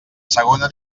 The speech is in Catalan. segona